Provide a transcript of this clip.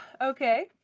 Okay